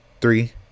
Three